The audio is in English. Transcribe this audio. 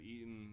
eaten